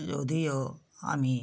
যদিও আমি